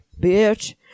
bitch